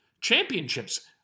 Championships